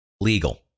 Legal